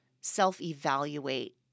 self-evaluate